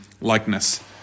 likeness